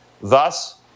Thus